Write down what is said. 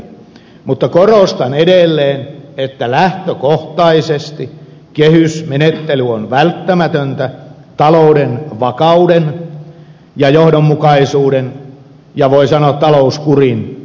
mutta korostan edelleen että lähtökohtaisesti kehysmenettely on välttämätöntä talouden vakauden ja johdonmukaisuuden ja voi sanoa talouskurin ylläpitämiseksi